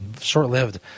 short-lived